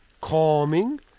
calming